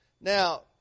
Now